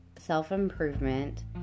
self-improvement